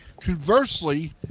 Conversely